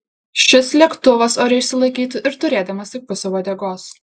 šis lėktuvas ore išsilaikytų ir turėdamas tik pusę uodegos